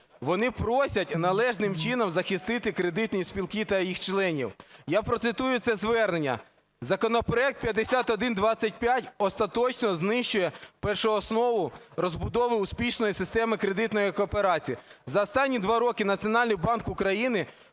Вони просять належним чином захистити кредитні спілки та їх членів. Я процитую це звернення. "Законопроект 5125 остаточно знищує першооснову розбудови успішної системи кредитної кооперації. За останні 2 роки Національний банк України,